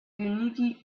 riuniti